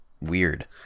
weird